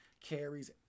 carries